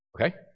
okay